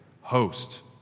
Host